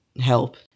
help